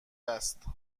است